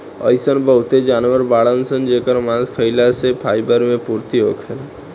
अइसन बहुते जानवर बाड़सन जेकर मांस खाइला से फाइबर मे पूर्ति होखेला